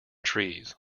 trees